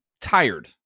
tired